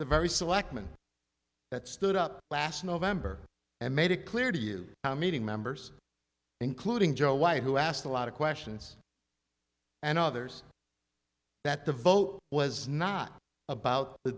the very selectman that stood up last november and made it clear to you how meeting members including joe white who asked a lot of questions and others that the vote was not about the